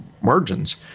margins